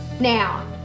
Now